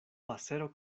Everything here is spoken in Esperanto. pasero